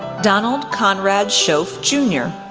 donald conrad shoaf jr,